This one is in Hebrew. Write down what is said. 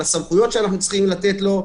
על הסמכויות שצריכים לתת לו,